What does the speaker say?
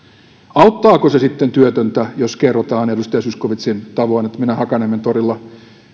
auttaako se sitten työtöntä jos edustaja zyskowiczin tavoin minä hakaniemen torilla